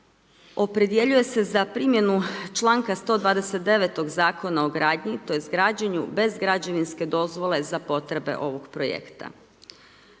opredjeljuje se za primjenu članka 129. Zakona o gradnji to jest građenju bez građevinske dozvole za potrebe ovog projekta.